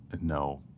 no